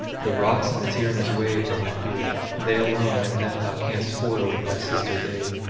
the rocks and the tyrannous waves are my fear, they alone, and them thou canst foil with thy sisters' aid.